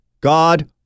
God